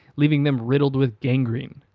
leaving them riddled with gangrene.